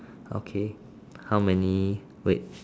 okay how many wait